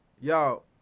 Yo